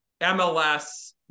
MLS